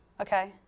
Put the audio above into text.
Okay